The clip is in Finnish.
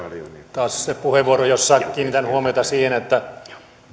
taas se puheenvuoro jossa kiinnitän huomiota siihen että